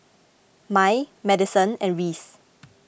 Mai Madison and Reece